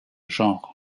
genre